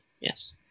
Yes